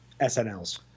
SNLs